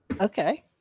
okay